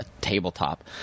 tabletop